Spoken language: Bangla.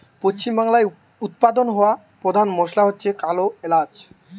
পশ্চিমবাংলায় উৎপাদন হওয়া পোধান মশলা হচ্ছে কালো এলাচ